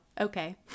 Okay